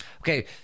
okay